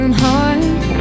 heart